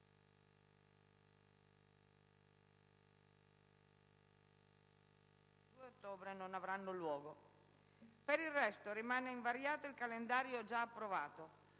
22 ottobre non avranno luogo. Per il resto, rimane invariato il calendario già approvato: